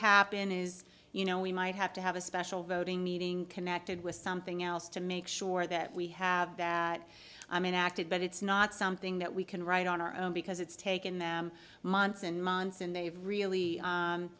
happen is you know we might have to have a special voting meeting connected with something else to make sure that we have that i mean acted but it's not something that we can right on our own because it's taken them months and months and they've really